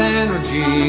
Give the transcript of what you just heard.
energy